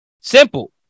Simple